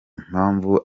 mpamvu